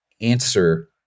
answer